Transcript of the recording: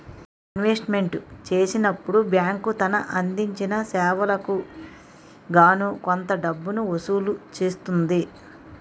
investment చేసినప్పుడు bank తను అందించిన సేవలకు గాను కొంత డబ్బును వసూలు చేస్తుంది